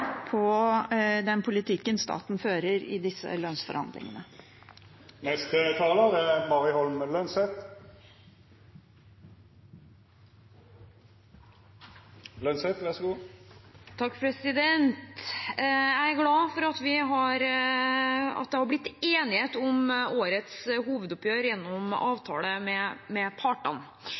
på den politikken staten fører i disse lønnsforhandlingene. Jeg er glad for at det har blitt enighet om årets hovedoppgjør gjennom avtale med partene. I avtalen med Akademikerne har man også fått en historisk modernisering av lønnssystemet, og partene